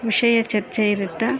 ವಿಷಯ ಚರ್ಚೆ ಇರುತ್ತೆ